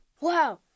Wow